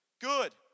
Good